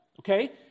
Okay